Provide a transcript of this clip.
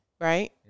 right